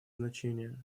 значение